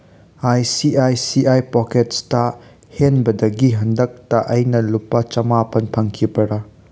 I C I C I ꯄꯣꯀꯦꯠꯁꯇ ꯍꯦꯟꯕꯗꯒꯤ ꯍꯟꯗꯛꯇ ꯑꯩꯅ ꯂꯨꯄꯥ ꯆꯝꯃꯥꯄꯟ ꯐꯪꯈꯤꯕꯔꯥ